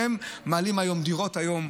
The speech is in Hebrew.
והם מעלים היום לדירות.